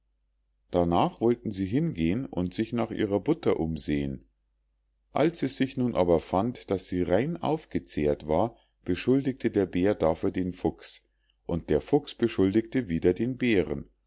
darnach wollten sie hingehen und sich nach ihrer butter umsehen als es sich nun aber fand daß sie rein aufgezehrt war beschuldigte der bär dafür den fuchs und der fuchs beschuldigte wieder den bären